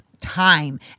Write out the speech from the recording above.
time